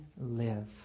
live